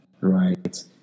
right